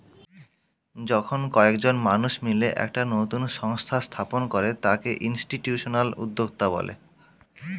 যখন কয়েকজন মানুষ মিলে একটা নতুন সংস্থা স্থাপন করে তাকে ইনস্টিটিউশনাল উদ্যোক্তা বলে